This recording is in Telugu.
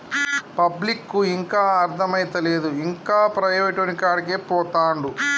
పబ్లిక్కు ఇంకా అర్థమైతలేదు, ఇంకా ప్రైవేటోనికాడికే పోతండు